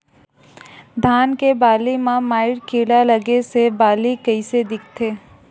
धान के बालि म माईट कीड़ा लगे से बालि कइसे दिखथे?